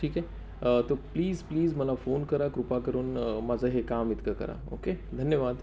ठीक आहे तो प्लीज प्लीज मला फोन करा कृपा करून माझं हे काम इतकं करा ओके धन्यवाद